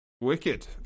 Wicked